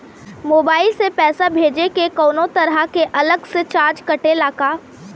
Mobile से पैसा भेजे मे कौनों तरह के अलग से चार्ज कटेला का?